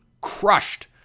crushed